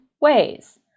ways